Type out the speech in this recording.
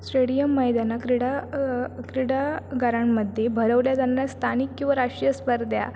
stadium मैदानं क्रीडा क्रीडागारांमध्ये भरवल्या जान्ना स्थानिक किंवा राष्ट्रीय स्पर्धा